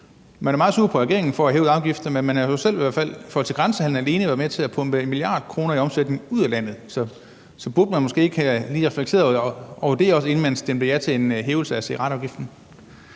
man er meget sur på regeringen for at have hævet afgifterne, men man har i hvert fald selv i forhold til grænsehandel være med til at pumpe 1 mia. kr. i omsætning ud af landet, så burde man måske ikke lige havde reflekteret over det, inden man stemte ja til en hævelse af cigaretafgiften?